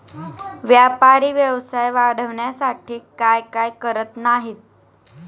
व्यापारी व्यवसाय वाढवण्यासाठी काय काय करत नाहीत